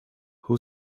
who